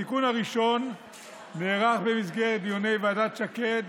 התיקון הראשון נערך במסגרת דיוני ועדת שקד,